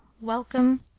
WELCOME